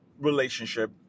relationship